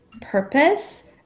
purpose